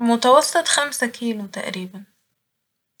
متوسط خمسة كيلو تقريبا